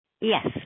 Yes